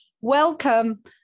welcome